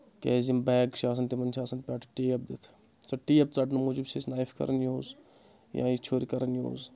کیازِ یِم بیگ چھِ آسان تِمن چھِ آسان پؠٹھ ٹیپ دِتھ سۄ ٹیپ ژَٹنہٕ موٗجوٗب چھِ أسۍ نایف کَران یوٗز یا یہِ چھُرۍ کَران یوٗز